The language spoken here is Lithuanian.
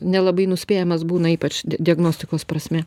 nelabai nuspėjamas būna ypač diagnostikos prasme